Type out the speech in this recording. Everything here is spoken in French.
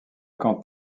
quant